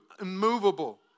immovable